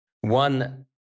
One